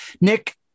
Nick